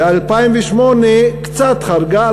ב-2008 קצת חרגה,